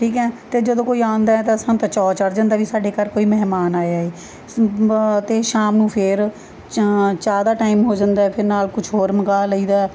ਠੀਕ ਹੈ ਅਤੇ ਜਦੋਂ ਕੋਈ ਆਉਂਦਾ ਤਾਂ ਸਾਨੂੰ ਤਾਂ ਚਾਅ ਚੜ੍ਹ ਜਾਂਦਾ ਵੀ ਸਾਡੇ ਘਰ ਕੋਈ ਮਹਿਮਾਨ ਆਇਆ ਏ ਅਤੇ ਸ਼ਾਮ ਨੂੰ ਫਿਰ ਚ ਚਾਹ ਦਾ ਟਾਈਮ ਹੋ ਜਾਂਦਾ ਫਿਰ ਨਾਲ ਕੁਝ ਹੋਰ ਮੰਗਵਾ ਲਈ ਦਾ